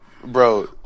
Bro